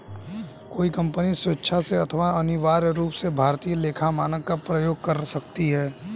कोई कंपनी स्वेक्षा से अथवा अनिवार्य रूप से भारतीय लेखा मानक का प्रयोग कर सकती है